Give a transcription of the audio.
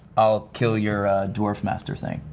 i'll kill your dwarf master thing.